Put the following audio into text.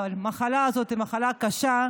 אבל המחלה הזאת היא מחלה קשה,